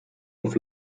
auf